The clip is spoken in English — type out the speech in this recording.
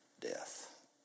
death